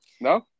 No